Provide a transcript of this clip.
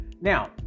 Now